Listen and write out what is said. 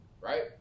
right